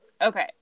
Okay